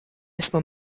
esmu